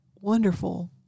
wonderful